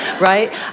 right